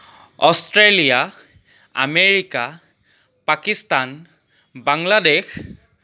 Australia America Pakistan Bangladesh